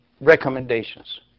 recommendations